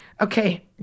Okay